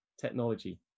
technology